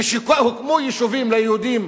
כשהוקמו יישובים ליהודים,